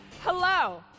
Hello